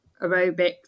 aerobic